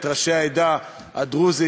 את ראשי העדה הדרוזית,